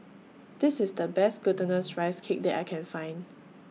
This IS The Best Glutinous Rice Cake that I Can Find